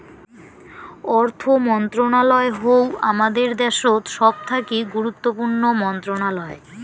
অর্থ মন্ত্রণালয় হউ হামাদের দ্যাশোত সবথাকি গুরুত্বপূর্ণ মন্ত্রণালয়